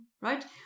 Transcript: right